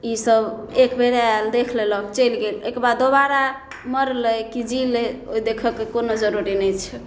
इसब एक बेर आयल देख लेलक चलि गेल एहिके बाद दोबारा मरलै की जीलै ओ देखयके कोनो जरूरी नहि छै